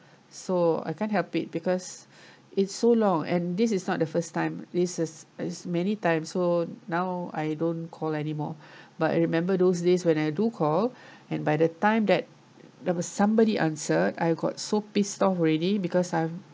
so I can't help it because it's so long and this is not the first time this is as many times so now I don't call anymore but remember those days when I do call and by the time that there was somebody answer I got so pissed off already because I